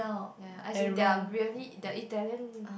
ya as in they're really they're Italian